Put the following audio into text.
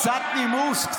קצת נימוס.